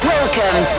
Welcome